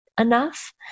enough